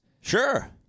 Sure